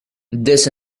this